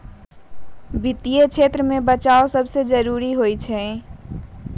वित्तीय क्षेत्र में बचाव सबसे जरूरी होबल करा हई